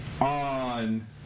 on